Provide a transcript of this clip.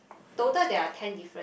total there're ten differen~